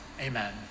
Amen